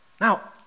Now